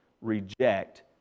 reject